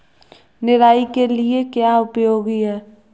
निराई के लिए क्या उपयोगी है?